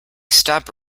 stop